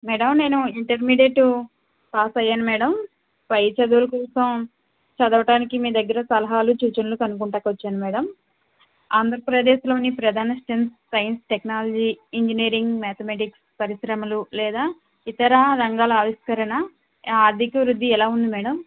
madam నేను intermediate pass అయ్యాను madam పై చదువుల కోసం చదవటానికి మీదగ్గర సలహాలు సూచనలు కనుగొనడానికి వచ్చాను మేడమ్ ఆంధ్రప్రదేశ్లోని ప్రధాన STEM science technology engineering mathematics పరిశ్రమలు లేదా ఇతర రంగాల ఆవిష్కరణ ఆర్ధిక వృద్ధి ఎలా ఉంది మేడమ్